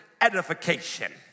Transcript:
edification